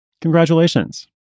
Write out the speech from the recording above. Congratulations